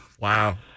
Wow